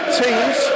teams